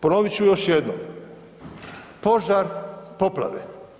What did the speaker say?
Ponovit ću još jednom požar, poplave.